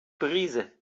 brise